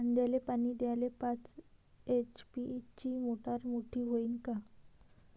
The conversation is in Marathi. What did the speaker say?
कांद्याले पानी द्याले पाच एच.पी ची मोटार मोटी व्हईन का?